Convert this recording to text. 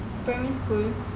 primary school